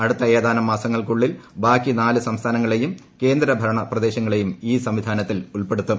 അടുത്ത ഏതാനും മാസങ്ങൾക്കുളളിൽ ബാക്കി നാല് സംസ്ഥാനങ്ങളെയും കേന്ദ്ര ഭരണ പ്രദേശങ്ങളെയും ഈ സംവിധാനത്തിൽ ഉൾപ്പെടുത്തും